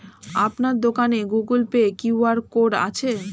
আপনার দোকানে Google Pay QR code আছে?